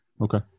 okay